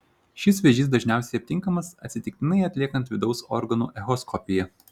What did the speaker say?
šis vėžys dažniausiai aptinkamas atsitiktinai atliekant vidaus organų echoskopiją